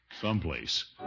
Someplace